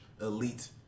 elite